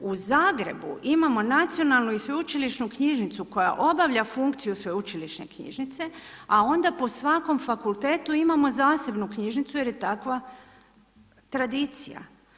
U Zagrebu imamo Nacionalnu i sveučilišnu knjižnicu koja obavlja funkciju sveučilišne knjižnice, a onda po svakom fakultetu imamo zasebnu knjižnicu jer je takva tradicija.